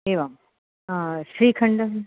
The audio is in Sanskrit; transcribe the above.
एवं श्रीखण्डम्